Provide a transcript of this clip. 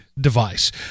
device